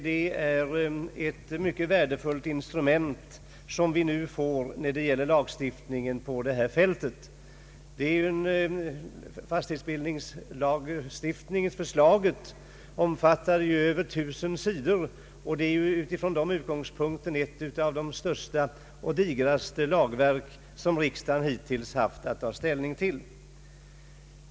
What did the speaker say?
Det är ett mycket värdefullt instrument som vi nu får i lagstiftningen på detta område. Fastighetsbildningslagförslaget omfattar över tusen sidor och är ett av de största och digraste lagverk riksdagen hittills haft att ta ställning till.